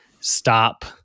stop